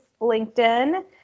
LinkedIn